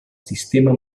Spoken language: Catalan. sistema